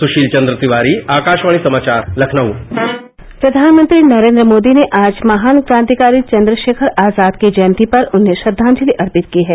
सुशील चंद्र तिवारी आकाशवाणी समाचार लखनऊ प्रधानमंत्री नरेन्द्र मोदी ने आज महान क्रांतिकारी चन्द्रशेखर आजाद की जयंती पर उन्हें श्रद्वांजलि अर्पित की है